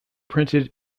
printed